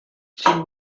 she